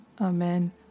amen